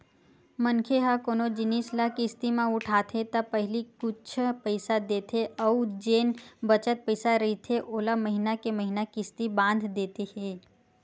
मनखे ह कोनो जिनिस ल किस्ती म उठाथे त पहिली कुछ पइसा देथे अउ जेन बचत पइसा रहिथे ओला महिना के महिना किस्ती बांध देथे